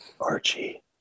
Archie